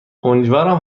امیدوارم